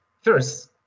First